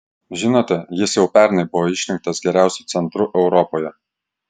žinote jis jau pernai buvo išrinktas geriausiu centru europoje